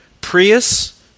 Prius